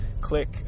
Click